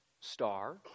star